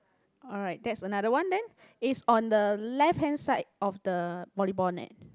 alright that's another one then is on the left hand side of the volleyball net